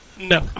No